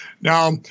Now